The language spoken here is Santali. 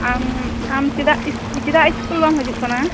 ᱟᱢ ᱟᱢ ᱪᱮᱫᱟᱜ ᱪᱮᱫᱟᱜ ᱤᱥᱠᱩᱞ ᱵᱟᱢ ᱦᱤᱡᱩᱜ ᱠᱟᱱᱟ